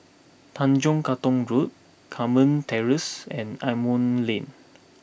Tanjong Katong Road Carmen Terrace and Asimont Lane